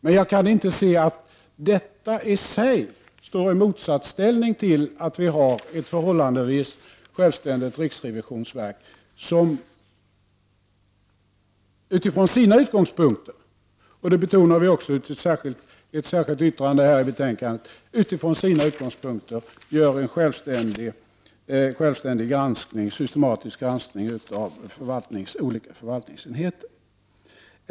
Men jag kan inte se att detta i sig står i motsatsställning till att vi har ett förhållandevis självständigt riksrevisionsverk, som utifrån sina utgångspunkter — det betonar vi också i ett särskilt yttrande i betänkandet — gör en självständig och systematisk granskning av olika förvaltningsenheter.